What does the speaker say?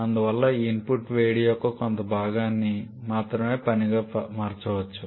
అందువల్ల ఈ ఇన్పుట్ వేడి యొక్క కొంత భాగాన్ని మాత్రమే పనిగా మార్చవచ్చు